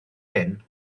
hyn